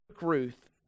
Ruth